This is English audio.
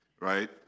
right